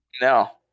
No